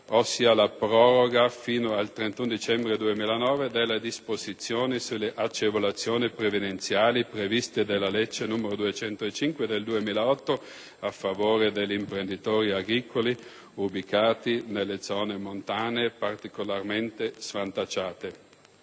ossia la proroga fino al 31 dicembre 2009 della disposizione sulle agevolazioni previdenziali previste dalla legge n. 205 del 2008, in favore degli imprenditori agricoli ubicati nelle zone montane particolarmente svantaggiate.